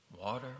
water